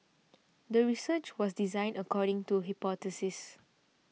the research was designed according to the hypothesis